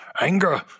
anger